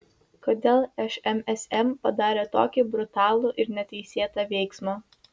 kodėl šmsm padarė tokį brutalų ir neteisėtą veiksmą